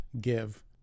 give